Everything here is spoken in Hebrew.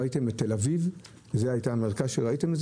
ראיתם את תל אביב, זה היה המרכז שראיתם.